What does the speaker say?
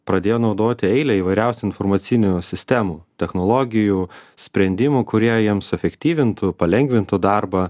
pradėjo naudoti eilę įvairiausių informacinių sistemų technologijų sprendimų kurie jiems efektyvintų palengvintų darbą